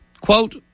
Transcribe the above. Quote